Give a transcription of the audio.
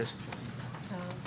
כן.